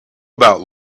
about